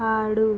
ఆడు